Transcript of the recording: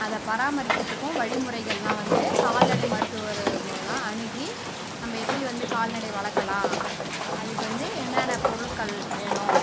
அதை பராமரிக்கிறதுக்கும் வழிமுறைகள்லாம் வந்து கால்நடை மருத்துவர் மூலம் அணுகி நம்ப எப்படி வந்து கால்நடை வளர்க்கலாம் அதுக்கு வந்து என்னென்ன பொருட்கள் வேணும்